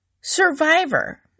survivor